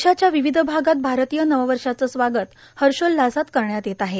देशाच्या विविध भागात भारतीय नववर्षाचं स्वागत हर्षोल्लासात करण्यात येत आहे